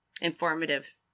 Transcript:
informative